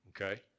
okay